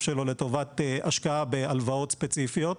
שלו לטובת השקעה בהלוואות ספציפיות.